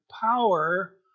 power